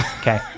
Okay